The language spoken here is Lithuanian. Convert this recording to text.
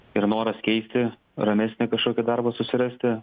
ir noras keisti ramesnį kaškokį darbą susirasti